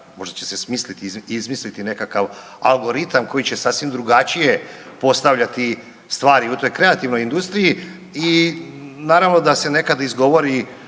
Možda će se smisliti, izmisliti nekakav algoritam koji će sasvim drugačije postavljati stvari u toj kreativnoj industriji i naravno da se nekad izgovori